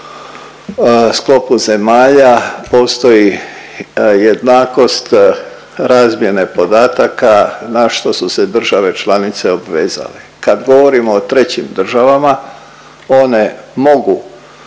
sklopu zemalja postoji jednakost razmjene podataka na što su se države članice obvezale. Kad govorimo o trećim državama one mogu